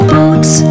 boats